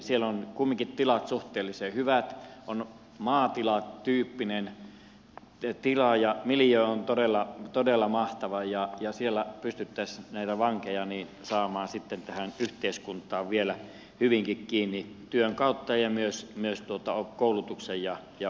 siellä ovat kumminkin tilat suhteellisen hyvät on maatilatyyppinen tila ja miljöö on todella mahtava ja siellä pystyttäisiin näitä vankeja saamaan sitten tähän yhteiskuntaan vielä hyvinkin kiinni työn kautta ja myös koulutuksen ja ohjeistuksen kautta